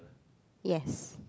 yes